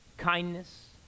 kindness